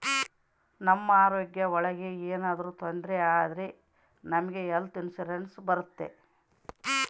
ನಮ್ ಆರೋಗ್ಯ ಒಳಗ ಏನಾದ್ರೂ ತೊಂದ್ರೆ ಆದ್ರೆ ನಮ್ಗೆ ಹೆಲ್ತ್ ಇನ್ಸೂರೆನ್ಸ್ ಬರುತ್ತೆ